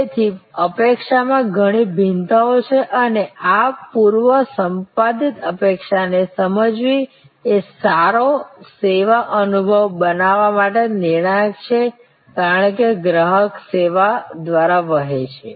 તેથી અપેક્ષામાં ઘણી ભિન્નતાઓ છે અને આ પૂર્વ સંપાદિત અપેક્ષાને સમજવી એ સારો સેવા અનુભવ બનાવવા માટે નિર્ણાયક છે કારણ કે ગ્રાહક સેવા દ્વારા વહે છે